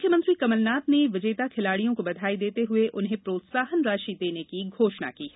मुख्यमंत्री कमलनाथ ने विजेता खिलाड़ियों को बधाई देते हुए उन्हें प्रोत्साहन राशि देने की घोषणा की है